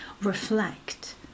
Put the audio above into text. reflect